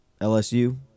LSU